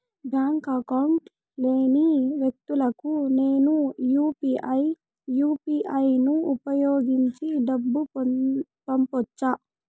Bank account లేని వ్యక్తులకు నేను యు పి ఐ యు.పి.ఐ ను ఉపయోగించి డబ్బు పంపొచ్చా?